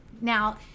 Now